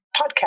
podcast